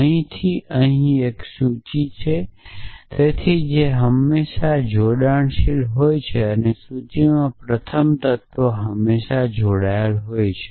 અહીંથી અહીં એક સૂચિ છે જે તેથી એક છે હંમેશાં જોડાણશીલ હોય છે સૂચિમાં પ્રથમ તત્વ હંમેશાં જોડાયેલી છે